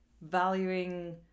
valuing